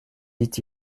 dit